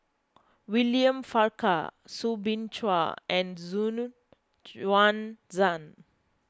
William Farquhar Soo Bin Chua and Xu Yuan Zhen